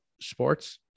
sports